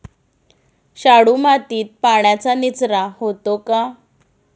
शाडू मातीमध्ये पाण्याचा निचरा होतो का?